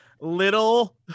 Little